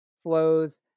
flows